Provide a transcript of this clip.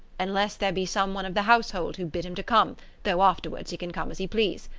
unless there be some one of the household who bid him to come though afterwards he can come as he please.